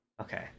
Okay